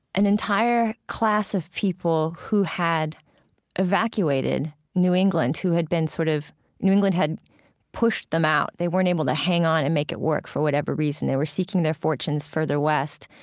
an entire class of people who had evacuated new england, who had been sort of new england had pushed them out. they weren't able to hang on and make it work, for whatever reason. they were seeking their fortunes further west,